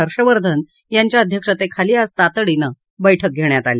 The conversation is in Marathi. हर्षवर्धन यांच्या अध्यक्षतेखाली आज तातडीनं बैठक घेण्यात आली